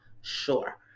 sure